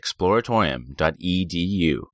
exploratorium.edu